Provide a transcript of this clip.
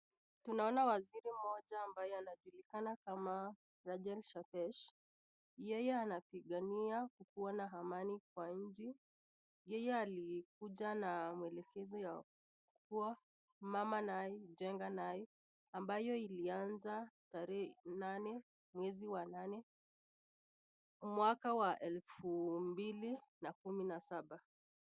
Tunaona waziri mmoja anaye julikana kama , Rajen shapesh . Yeye anapigania kukuwa na amani kwa nchi . Yeye alikuja na mwelekezo ya kuwa mama naye, jenga naye. Ambaye ilianza tarehe nane ,mwezi Wa nane , mwaka Wa elfu mbili na kumi na Saba .